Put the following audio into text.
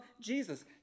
Jesus